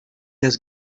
las